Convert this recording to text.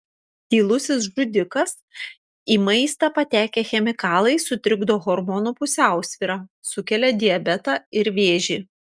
tylusis žudikas į maistą patekę chemikalai sutrikdo hormonų pusiausvyrą sukelia diabetą ir vėžį